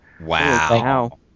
Wow